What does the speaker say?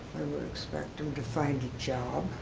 would expect him to find a job.